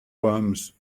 worms